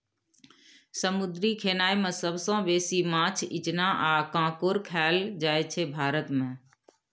समुद्री खेनाए मे सबसँ बेसी माछ, इचना आ काँकोर खाएल जाइ छै भारत मे